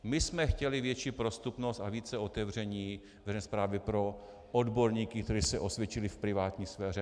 My jsme chtěli větší prostupnost a více otevření veřejné správy pro odborníky, kteří se osvědčili v privátní sféře.